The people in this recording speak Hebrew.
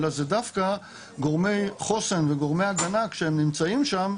אלא זה דווקא גורמי חוסן וגורמי הגנה שכשהם נמצאים שם,